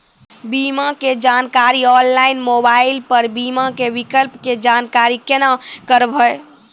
बीमा के जानकारी ऑनलाइन मोबाइल पर बीमा के विकल्प के जानकारी केना करभै?